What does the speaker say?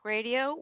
Radio